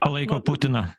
palaiko putiną